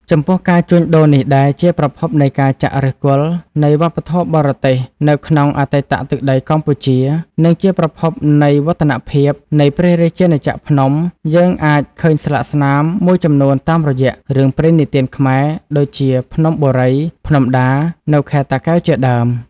ចំពោះការ ជួញដូរនេះដែរជាប្រភពនៃការចាក់ឫសគល់នៃ វប្បធម៌បរទេស នៅក្នុងអតីតទឹកដី កម្ពុជា និងជាប្រភពនៃវឌ្ឍនភាពនៃព្រះរាជាណាចក្រភ្នំ យើងអាចឃើញស្លាកស្នាម មួយចំនួនតាមរយៈ រឿងព្រេងនិទានខ្មែរ ដូចជាភ្នំបូរី ភ្នំដានៅខេត្តតាកែវជាដើម ។